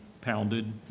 pounded